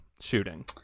shooting